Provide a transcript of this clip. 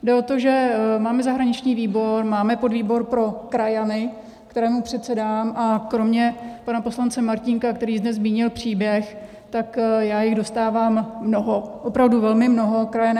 Bylo to, že máme zahraniční výbor, máme podvýbor pro krajany, kterému předsedám, a kromě pana poslance Martínka, který zde zmínil příběh, tak já jich dostávám mnoho, opravdu velmi mnoho.